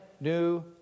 new